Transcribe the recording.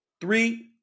Three